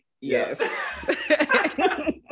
yes